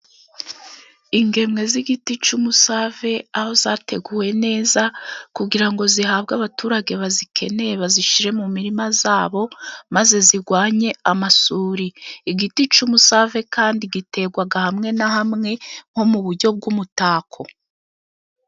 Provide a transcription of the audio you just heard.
Ingemwe z'igiti cy'umusave aho zateguwe neza, kugira ngo zihabwe abaturage bazikeneye bazishyire mu mirima yabo, maze zirwanye amasuri. Igiti cy'umusave kandi giterwa hamwe na hamwe nko mu buryo bw'umutako.